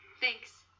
Thanks